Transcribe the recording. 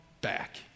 back